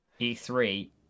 E3